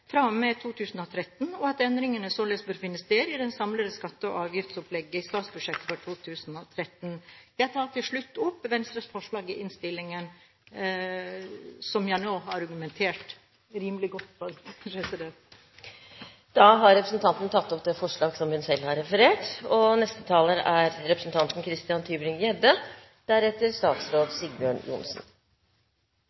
og med 2013, og endringer bør således finne sted i det samlede skatte- og avgiftsopplegget i statsbudsjettet for 2013. Jeg tar til slutt opp Venstres forslag i innstillingen – som jeg nå har argumentert rimelig godt for. Representanten Borghild Tenden har tatt opp det forslaget hun